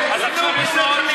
חמש דקות,